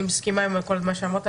אני מסכימה עם כל מה שאמרת,